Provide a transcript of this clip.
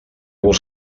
vols